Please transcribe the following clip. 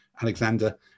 Alexander